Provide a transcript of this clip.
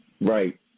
Right